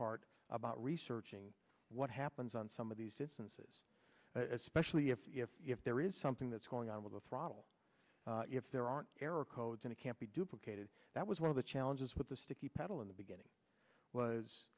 part about researching what happens on some of these instances especially if if if there is something that's going on with the throttle if there aren't error codes and it can't be duplicated that was one of the challenges with the sticky pedal in the beginning was